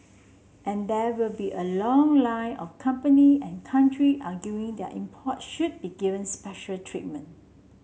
and there will be a long line of company and country arguing their imports should be given special treatment